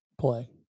play